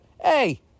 hey